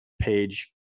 page